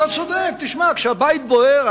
כשהבית בוער,